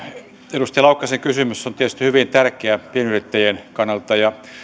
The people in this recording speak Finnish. edustaja laukkasen kysymys on tietysti hyvin tärkeä pienyrittäjien kannalta ja